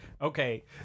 okay